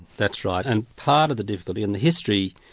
that's right. and part of the difficulty and the history,